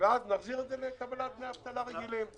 ואז נחזיר את זה לקבלת דמי אבטלה רגילים.